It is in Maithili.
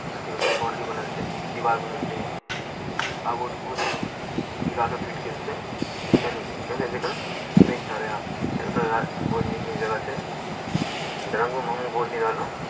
अथि बनल बाउंडरी बनल छै दीवाल बनल छै आब ओ बहुत किला सभ टूटि गेल छै लेकिन पहिले पहिले जकाँ नहि किला छै आब फेर एतय बहुत नीक नीक जगह छै दरभंगोमे हमहूँ बहुत दिन रहलहुँ